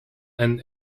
and